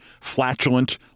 flatulent